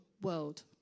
world